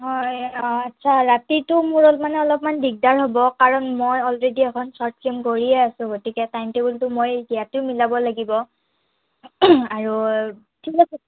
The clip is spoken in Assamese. হয় আচ্ছা ৰাতিটো মোৰ মানে অলপমান দিগদাৰ হ'ব কাৰণ মই অলৰেদি এখন শ্বৰ্ট ফিল্ম কৰিয়ে আছোঁ গতিকে টাইম টেবুলটো মই ইয়াতো মিলাব লাগিব আৰু ঠিক আছে